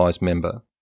Member